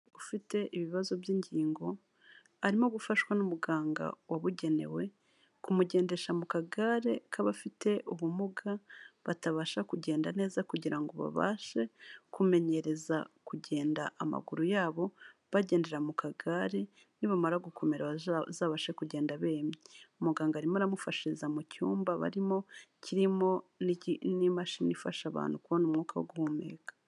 Ufite ibibazo by'ingingo, arimo gufashwa n'umuganga wabugenewe kumugendesha mu kagare k'abafite ubumuga, batabasha kugenda neza kugira ngo babashe kumenyereza kugenda amaguru yabo bagendera mu kagare, nibamara gukomera bazabashe kugenda bemye. Umuganga arimo aramufashiriza mu cyumba barimo ,kirimo n'imashini ifasha abantu kubona umwuka wo guhumeka.